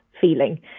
feeling